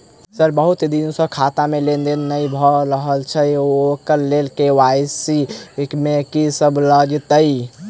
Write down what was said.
Sir बहुत दिन सऽ खाता मे लेनदेन नै भऽ रहल छैय ओई लेल के.वाई.सी मे की सब लागति ई?